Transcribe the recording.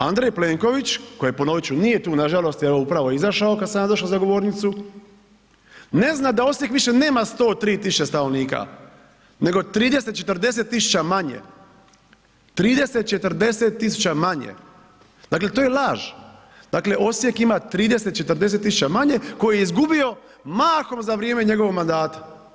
Andrej Plenković koji je, ponovit ću, nije tu nažalost, evo upravo je izašao kad sam ja došao za govornicu, ne zna da Osijek više nema 103 000 stanovnika, nego 30-40 000 manje, 30-40 000 manje, dakle to je laž, dakle Osijek ima 30-40 000 manje koje je izgubio mahom za vrijeme njegovog mandata.